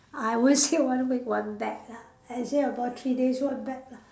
I won't say one week one bag lah I say about three days one bag lah